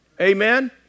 Amen